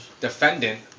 defendant